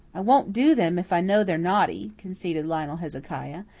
i won't do them if i know they're naughty, conceded lionel hezekiah.